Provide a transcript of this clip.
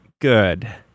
good